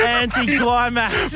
anti-climax